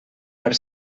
per